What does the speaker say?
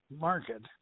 market